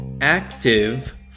Active